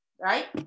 right